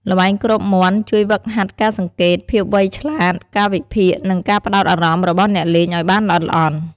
ល្បែងគ្របមាន់ជួយ ហ្វឹកហាត់ការសង្កេត ភាពវៃឆ្លាត ការវិភាគ និង ការផ្តោតអារម្មណ៍ របស់អ្នកលេងឱ្យបានល្អិតល្អន់។